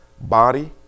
Body